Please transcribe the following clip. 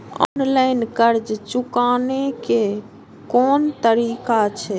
Online कर्ज चुकाने के कोन तरीका छै?